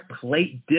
plate